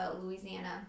Louisiana